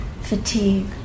fatigue